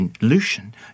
Lucian